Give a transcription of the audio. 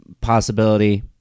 possibility